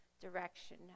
direction